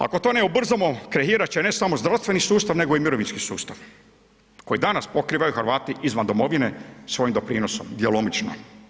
Ako to ne ubrzamo krahirat će ne samo zdravstveni sustav nego i mirovinski sustav koji danas pokrivaju Hrvati izvan domovine svojim doprinosom, djelomično.